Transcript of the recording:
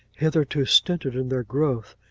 hitherto stinted in their growth,